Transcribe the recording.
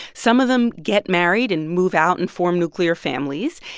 some of them get married and move out and form nuclear families.